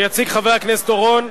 שיציג חבר הכנסת אורון,